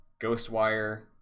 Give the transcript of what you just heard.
ghostwire